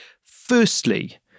Firstly